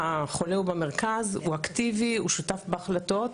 שהחולה הוא במרכז, הוא אקטיבי, הוא שותף בהחלטות,